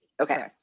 Okay